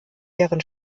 deren